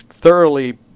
thoroughly